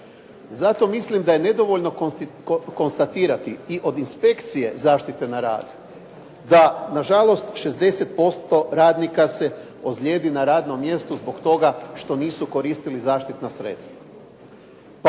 Zato mislim da je nedovoljno konstatirati i od inspekcije zaštite na radu da nažalost 60% radnika se ozljedi na radnom mjestu zbog toga što nisu koristili zaštitna sredstva.